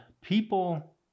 people